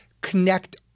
connect